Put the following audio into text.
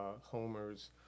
Homer's